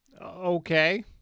Okay